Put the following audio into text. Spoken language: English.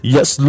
Yes